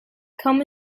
come